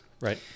Right